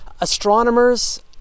astronomers